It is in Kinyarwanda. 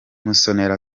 musonera